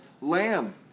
lamb